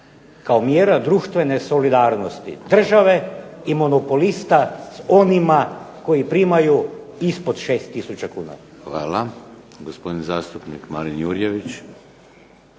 kao mjera društvene solidarnosti države i monopolista s onima koji primaju ispod 6000 kuna. **Šeks, Vladimir (HDZ)** Hvala. Gospodin zastupnik Marin Jurjević.